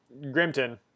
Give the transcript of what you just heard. Grimton